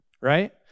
Right